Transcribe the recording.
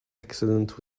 accident